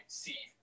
see